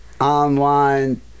online